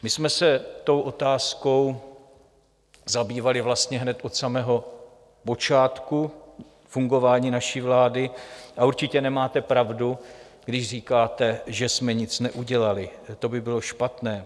My jsme se tou otázkou zabývali vlastně hned od samého počátku fungování naší vlády a určitě nemáte pravdu, když říkáte, že jsme nic neudělali, to by bylo špatné.